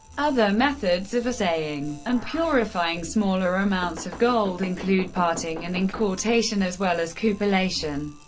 other methods of assaying and purifying smaller amounts of gold include parting and inquartation as well as cupellation,